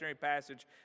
passage